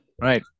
Right